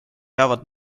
jäävad